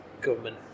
government